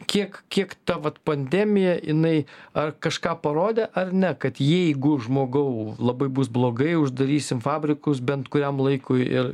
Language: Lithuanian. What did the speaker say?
kiek kiek ta vat pandemija jinai ar kažką parodė ar ne kad jeigu žmogau labai bus blogai uždarysim fabrikus bent kuriam laikui ir